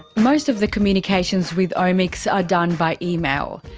most of the communications with omics are done by email.